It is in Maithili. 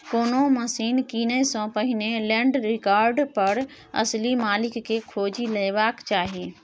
कोनो जमीन कीनय सँ पहिने लैंड रिकार्ड पर असली मालिक केँ खोजि लेबाक चाही